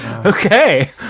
Okay